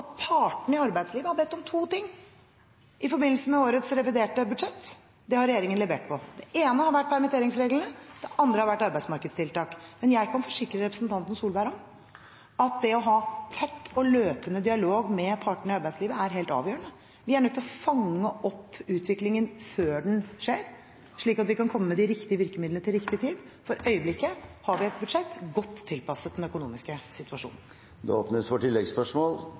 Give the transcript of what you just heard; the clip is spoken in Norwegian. partene i arbeidslivet har bedt om to ting i forbindelse med årets reviderte budsjett. Det har regjeringen levert på. Det ene har vært permitteringsreglene. Det andre har vært arbeidsmarkedstiltak. Jeg kan forsikre representanten Tvedt Solberg om at det å ha tett og løpende dialog med partene i arbeidslivet er helt avgjørende. Vi er nødt til å fange opp utviklingen før den skjer slik at vi kan komme med de riktige virkemidlene til riktig tid. For øyeblikket har vi et budsjett godt tilpasset den økonomiske situasjonen. Det åpnes for